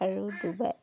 আৰু ডুবাই